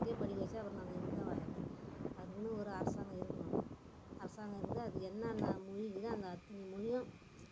பணம் கட்டியே படிக்க வச்சால் அப்புறம் நாங்கள் எங்கேங்க வாழுகிறது அதுக்குனு ஒரு அரசாங்கம் இருக்கணும் அரசாங்கம் இருந்து அது என்னென்ன மொழி இருக்குதோ அந்த அத்தனை மொழியும்